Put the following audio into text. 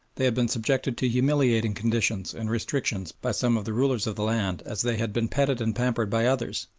they had been subjected to humiliating conditions and restrictions by some of the rulers of the land as they had been petted and pampered by others,